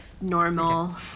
normal